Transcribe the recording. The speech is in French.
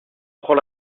prend